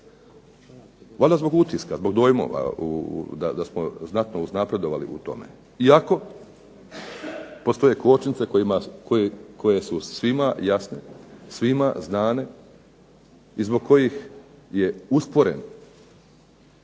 Valjda zbog utiska, zbog dojmova da smo znatno uznapredovali u tome. Iako postoje kočnice koje su svima jasne, svima znane i zbog kojih je usporen